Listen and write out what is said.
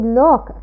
look